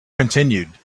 continued